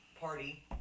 party